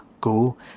go